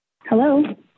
Hello